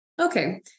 Okay